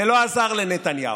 זה לא עזר לנתניהו.